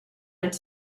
and